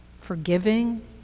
forgiving